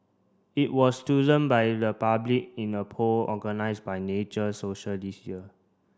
it was chosen by the public in a poll organised by Nature Social this year